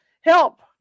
help